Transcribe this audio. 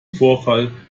vorfall